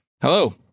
Hello